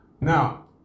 now